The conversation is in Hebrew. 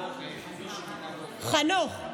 חנוך.